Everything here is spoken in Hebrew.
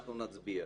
אנחנו נצביע.